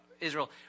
Israel